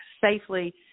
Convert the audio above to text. safely